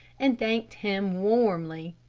and thanked him warmly.